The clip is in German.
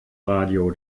radio